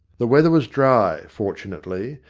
the weather was dry, fortunately,